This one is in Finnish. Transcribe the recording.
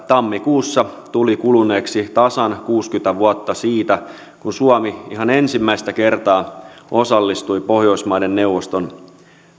tammikuussa tuli kuluneeksi tasan kuusikymmentä vuotta siitä kun suomi ihan ensimmäistä kertaa osallistui pohjoismaiden neuvoston